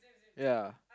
ya